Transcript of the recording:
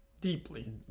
deeply